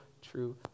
true